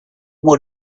would